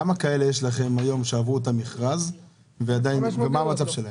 כמה כאלה יש לכם היום שעברו את המכרז ומה המצב שלהם?